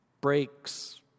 breaks